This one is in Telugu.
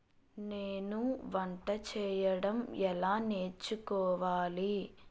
నేను వంట చేయడం ఎలా నేర్చుకోవాలి